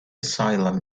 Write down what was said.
asylum